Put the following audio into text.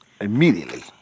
immediately